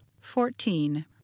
fourteen